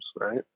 right